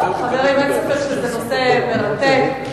חברים, אין ספק שזה נושא מרתק.